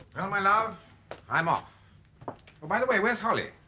my love i'm off oh by the way where's holly